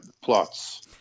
plots